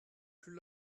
plus